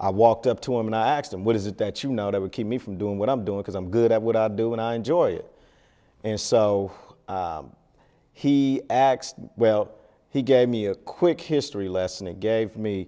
i walked up to him and i asked him what is it that you know that would keep me from doing what i'm doing because i'm good at what i do and i enjoy it and so he asks well he gave me a quick history lesson and gave me